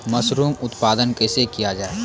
Mushroom उत्पादन कैसे किया जाय?